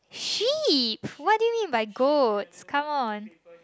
sheep what do you mean by goats come on